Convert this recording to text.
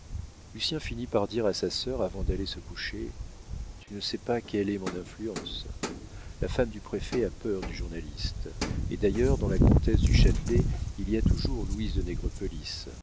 finit par dire à sa sœur avant d'aller se coucher tu ne sais pas quelle est mon influence la femme du préfet a peur du journaliste et d'ailleurs dans la comtesse du châtelet il y a toujours louise de